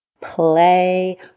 play